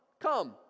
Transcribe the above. come